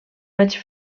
vaig